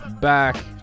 back